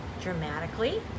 dramatically